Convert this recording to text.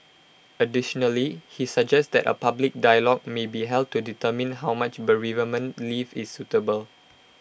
additionally he suggests that A public dialogue may be held to determine how much bereavement leave is suitable